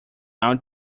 out